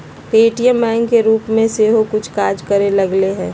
Paytm bank के रूप में सेहो कुछ काज करे लगलै ह